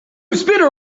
spinner